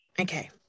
Okay